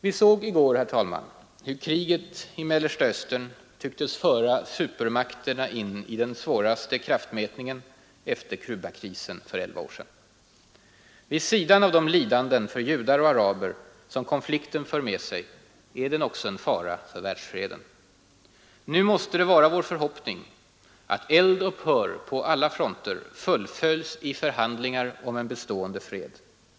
Vi såg i går hur kriget i Mellersta Östern tycktes föra supermakterna in i den svåraste kraftmätningen efter Kubakrisen för elva år sedan. Vid sidan av de lidanden för judar och araber som konflikten för med sig är den också en fara för världsfreden. Nu måste det vara vår förhoppning att eldupphör på alla fronter fullföljs i förhandlingar om en bestående fred.